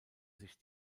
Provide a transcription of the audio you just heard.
sich